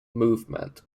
movement